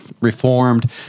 Reformed